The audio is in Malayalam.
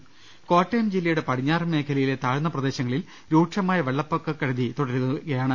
ള്ളിട്ടുള് കോട്ടയം ജില്ലയുടെ പടിഞ്ഞാറൻ മേഖലയിലെ താഴ്ന്ന പ്രദേശങ്ങളിൽ രൂക്ഷമായ വെള്ളപ്പൊക്ക കെടുതി തുടരുന്നു